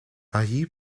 allí